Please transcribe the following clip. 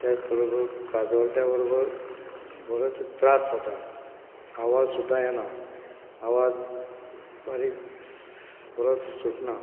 त्याच बरोबर खाजवल्या त्या बरोबर बरोच त्रास जाता आवाज सुद्दां येनात आवाज बारीक बरो सुटना